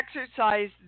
exercise